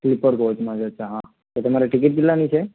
sleeper કોચમાં છે અચ્છા હા તો તમારે ટિકિટ કેટલાની છે